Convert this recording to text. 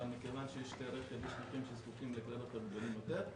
מכיוון שיש מקרים שזקוקים לכלי רכב גדולים יותר.